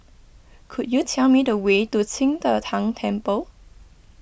could you tell me the way to Qing De Tang Temple